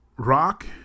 Rock